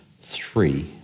three